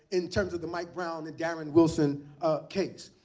in terms of the mike brown and darren wilson case.